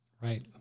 Right